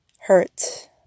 hurt